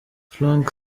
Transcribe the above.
franck